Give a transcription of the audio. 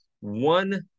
one